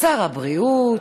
שר הבריאות,